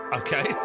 okay